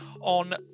on